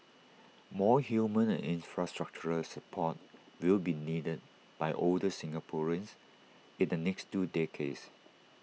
more human and infrastructural support will be needed by older Singaporeans in the next two decades